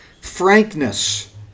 frankness